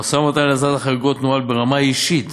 המשא-ומתן להסדרת החריגות נוהל ברמה האישית